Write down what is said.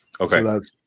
Okay